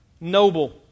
noble